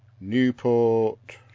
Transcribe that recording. Newport